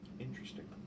Interesting